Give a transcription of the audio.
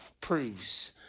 proves